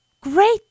Great